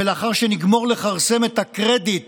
ולאחר שנגמור לכרסם את הקרדיט